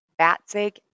Batzig